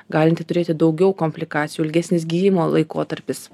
galinti turėti daugiau komplikacijų ilgesnis gijimo laikotarpis